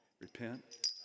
repent